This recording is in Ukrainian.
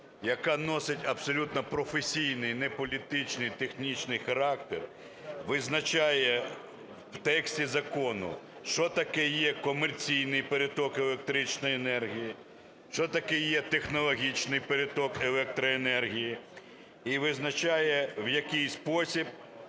яка носить абсолютно професійний, не політичний, технічний характер, визначає в тексті закону, що таке є комерційний переток електричної енергії, що таке є технологічний переток електроенергії, і визначає, в який спосіб